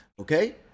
okay